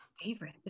favorite